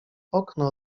okno